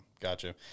gotcha